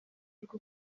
rwo